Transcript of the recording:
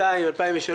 מ-2002,